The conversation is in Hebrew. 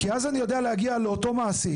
כי אז אני יודע להגיע לאותו מעסיק,